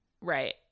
Right